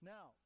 Now